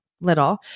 little